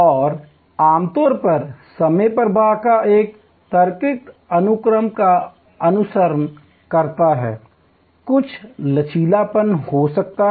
और आमतौर पर समय प्रवाह एक तार्किक अनुक्रम का अनुसरण करता है कुछ लचीलापन हो सकता है